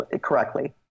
correctly